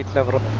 a enough